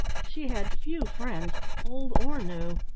she had few friends, old or new.